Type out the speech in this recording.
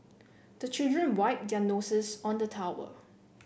the children wipe their noses on the towel